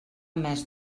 més